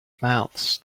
mouths